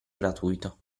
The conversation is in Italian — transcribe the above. gratuito